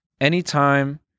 anytime